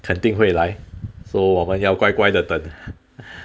肯定会来 so 我们要乖乖的等